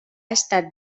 estat